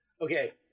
Okay